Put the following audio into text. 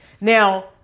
Now